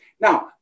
Now